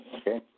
okay